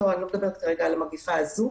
לא, אני לא מדברת כרגע על המגפה הזו.